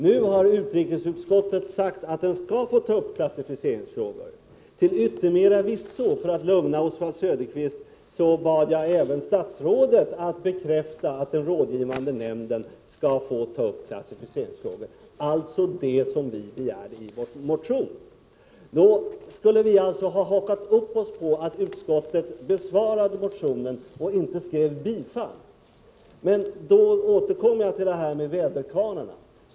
Nu har utrikesutskottet sagt att nämnden skall få ta upp klassificeringsfrågor. För att lugna Oswald Söderqvist bad jag till yttermera visso statsrådet Mats Hellström bekräfta att den rådgivande nämnden skall få ta upp sådana frågor, dvs. det som vi begär i vår motion. Vi borde enligt Oswald Söderqvist ha hakat upp oss på att utskottet har föreslagit att vår motion skall anses besvarad i stället för att tillstyrka den. Jag återkommer till detta med väderkvarnarna, Oswald Söderqvist.